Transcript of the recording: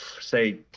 say